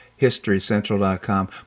HistoryCentral.com